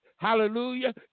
Hallelujah